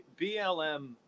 BLM